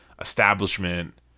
establishment